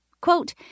Quote